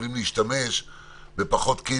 זאת אומרת שהם יכולים להשתמש בפחות כלים.